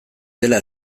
dela